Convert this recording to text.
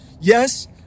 Yes